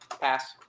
Pass